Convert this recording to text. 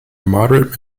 moderate